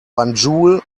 banjul